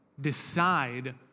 decide